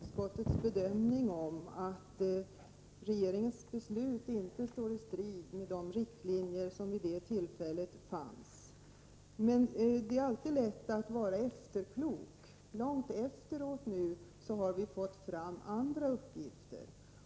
Herr talman! Jag vidhåller utskottets bedömning att regeringens beslut 1982 inte står i strid med de riktlinjer som vid det tillfället fanns. Det är alltid lätt att vara efterklok. Långt efteråt har vi nu fått fram andra uppgifter.